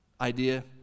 idea